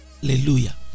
Hallelujah